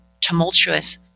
tumultuous